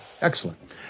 Excellent